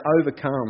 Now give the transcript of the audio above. overcome